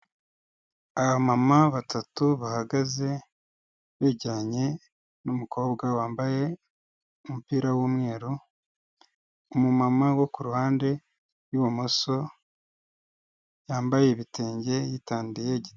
Abamama batatu bahagaze begeranye n'umukobwa wambaye umupira w'umweru, umumuma wo ku ruhande rw'ibumoso yambaye ibitenge, yitandiye giti.